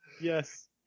Yes